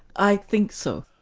i think so.